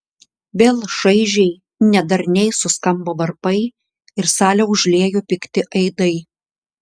vėl šaižiai nedarniai suskambo varpai ir salę užliejo pikti aidai